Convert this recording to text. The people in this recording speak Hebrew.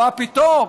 מה פתאום.